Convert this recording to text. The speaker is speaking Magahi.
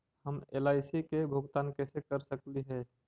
हम एल.आई.सी के भुगतान कैसे कर सकली हे?